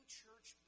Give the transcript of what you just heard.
church